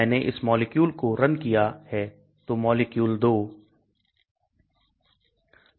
मैंने इस मॉलिक्यूल को run किया है तो मॉलिक्यूल 2